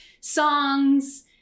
songs